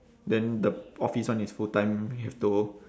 then the office one is full time you have to